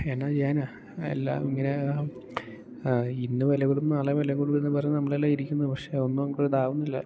എന്തു ചെയ്യാനാണ് എല്ലാം ഇങ്ങനെയാണ് ഇന്ന് വിലകൂടും നാളെ വിലകൂടും എന്നും പറഞ്ഞ് നമ്മളെല്ലാം ഇരിക്കുന്നു പക്ഷെ ഒന്നും ഇതാവുന്നില്ല